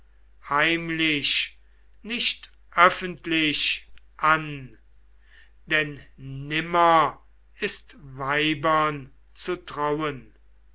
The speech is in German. heimlich nicht öffentlich an denn nimmer ist weibern zu trauen